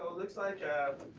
looks like